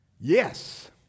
Yes